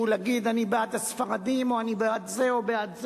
ולומר: אני בעד הספרדים או אני בעד זה או בעד זה,